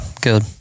Good